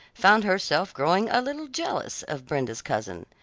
found herself growing a little jealous of brenda's cousin.